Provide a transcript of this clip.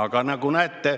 Aga nagu näete,